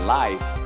life